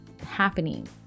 happening